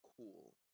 cool